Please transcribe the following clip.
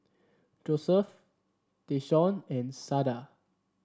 Joseph Tayshaun and Sada